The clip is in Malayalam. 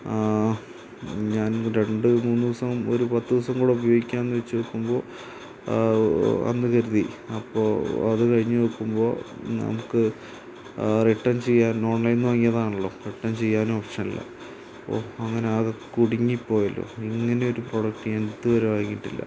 ഞാൻ രണ്ടു മൂന്നു ദിവസം ഒരു പത്തു ദിവസം കൂടെ ഉപയോഗിക്കുക എന്നുവെച്ചാൽ നോക്കുമ്പോൾ എന്നു കരുതി അപ്പോൾ അതു കഴിഞ്ഞു നോക്കുമ്പോൾ നമുക്ക് റിട്ടേൺ ചെയ്യാൻ ഓൺലൈനിൽ നിന്ന് വാങ്ങിയതാണല്ലോ റിട്ടേൺ ചെയ്യാൻ ഓപ്ഷനില്ല അപ്പോൾ അങ്ങനെ ആകെ കുടുങ്ങി പോയല്ലോ ഇങ്ങനൊരു പ്രോഡക്റ്റ് ഞാൻ ഇതുവരെ വാങ്ങിയിട്ടില്ല